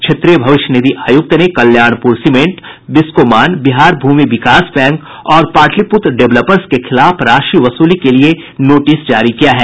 क्षेत्रीय भविष्य निधि आयुक्त ने कल्याणपुर सीमेंट बिस्कोमान बिहार भूमि विकास बैंक और पाटलीपुत्र डेवलपर्स के खिलाफ राशि वसूली के लिये नोटिस जारी किया है